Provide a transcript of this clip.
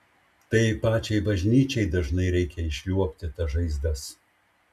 tai pačiai bažnyčiai dažnai reikia išliuobti tas žaizdas